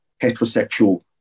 heterosexual